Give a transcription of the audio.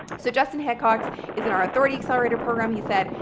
so justin hickox is in our authority accelerator program. he said,